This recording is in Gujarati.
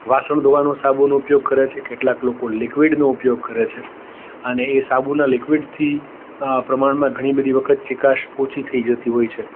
વાસણ ધોવાનો સાબુનો ઉપયોગ કરે છે કેટલાંક લોકો લિક્વિડનો ઉપયોગ કરે છે અને એ સાબુનાં લિક્વિડથી પ્રમાણમાં ઘણી બધી વખત ચિકાશ ઓછી થઈ જતી હોય છે